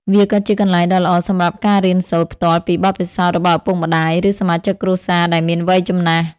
វាក៏ជាកន្លែងដ៏ល្អសម្រាប់ការរៀនសូត្រផ្ទាល់ពីបទពិសោធន៍របស់ឪពុកម្ដាយ ឬសមាជិកគ្រួសារដែលមានវ័យចំណាស់។